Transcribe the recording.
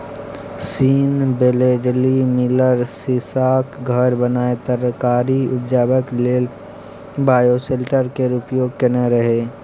scene Wellesley Miller सीशाक घर बनाए तरकारी उगेबाक लेल बायोसेल्टर केर प्रयोग केने रहय